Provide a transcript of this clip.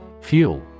Fuel